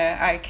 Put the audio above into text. uh I ca~